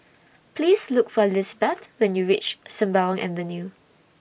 Please Look For Lisbeth when YOU REACH Sembawang Avenue